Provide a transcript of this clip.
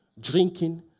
drinking